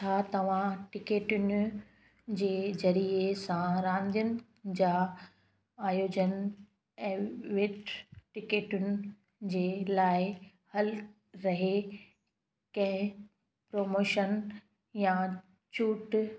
छा तव्हां टिकेटुनि जे ज़रिए सां रांदियुनि जा आयोजन एवेट टिकेटुनि जे लाइ हल रहे कंहिं प्रमोशन या चूट